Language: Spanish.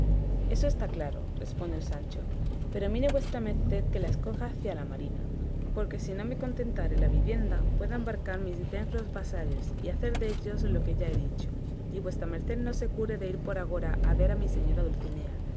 eso está claro respondió sancho pero mire vuestra merced que la escoja hacia la marina porque si no me contentare la vivienda pueda embarcar mis negros vasallos y hacer dellos lo que ya he dicho y vuestra merced no se cure de ir por agora a ver a mi señora dulcinea